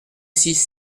six